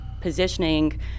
positioning